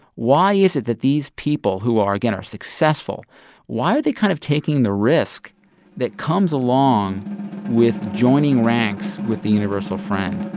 why is it that these people who, again, are successful why are they kind of taking the risk that comes along with joining ranks with the universal friend?